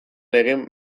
egin